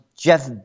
Jeff